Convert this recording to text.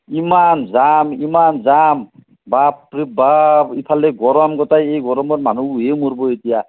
ইমান জাম ইমান জাম বাপৰে বাপ ইফালে গৰম গোটাই এই গৰমত মানুহে মৰব এতিয়া